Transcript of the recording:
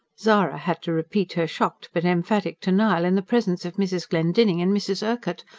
zara had to repeat her shocked but emphatic denial in the presence of mrs. glendinning and mrs. urquhart,